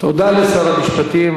תודה לשר המשפטים.